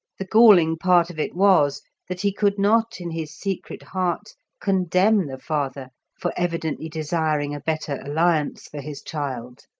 the galling part of it was that he could not in his secret heart condemn the father for evidently desiring a better alliance for his child.